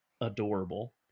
adorable